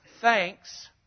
Thanks